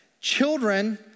children